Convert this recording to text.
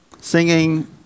singing